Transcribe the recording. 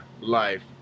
Life